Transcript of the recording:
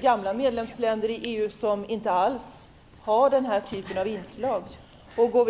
gamla medlemsländer inom EU som inte alls har denna typ av inslag.